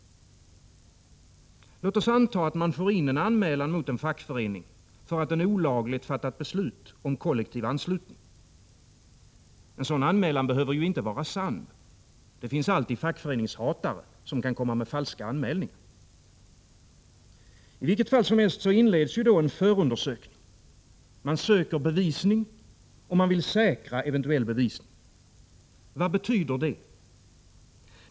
Låt oss anta att man får in en anmälan mot en fackförening för att den olagligt fattat beslut om en kollektiv anslutning. En sådan anmälan behöver ju inte vara sann; det finns alltid fackföreningshatare, som kan komma med falska anmälningar. I vilket fall som helst inleds då en förundersökning, man söker bevisning, och man vill säkra eventuell bevisning. Vad betyder det?